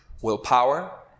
willpower